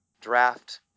draft